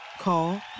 Call